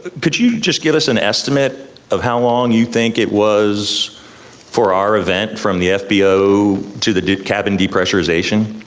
ah could you just give us an estimate of how long you think it was for our event from the fbo to the cabin depressurization?